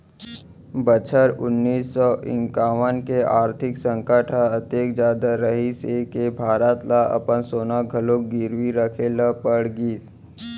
बछर उन्नीस सौ इंकावन के आरथिक संकट ह अतेक जादा रहिस हे के भारत ह अपन सोना घलोक गिरवी राखे ल पड़ गिस